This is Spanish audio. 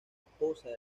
esposa